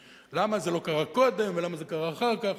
למה זה לא קרה קודם ולמה זה קרה אחר כך.